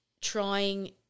trying